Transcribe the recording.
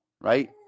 right